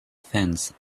fence